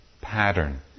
pattern